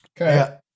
Okay